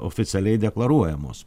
oficialiai deklaruojamos